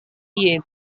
year